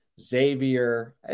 Xavier